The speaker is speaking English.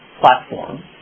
platform